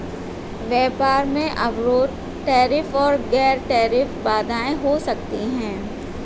व्यापार में अवरोध टैरिफ और गैर टैरिफ बाधाएं हो सकती हैं